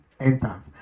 Enters